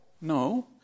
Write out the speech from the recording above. No